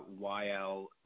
YL